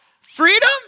freedom